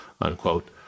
unquote